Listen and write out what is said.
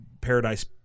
paradise